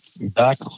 back